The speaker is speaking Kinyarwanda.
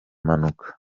mpanuka